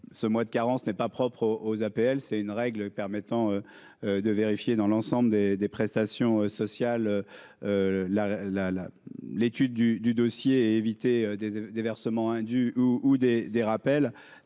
ce mois de carence n'est pas propre au aux APL, c'est une règle permettant. De vérifier dans l'ensemble des des prestations sociales, la, la, la, l'étude du du dossier et éviter des des versements indus ou des des